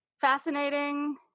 fascinating